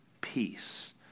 peace